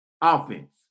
offense